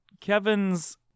Kevin's